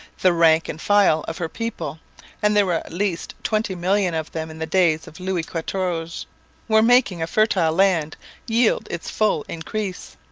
the rank and file of her people and there were at least twenty million of them in the days of louis quatorze were making a fertile land yield its full increase.